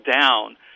down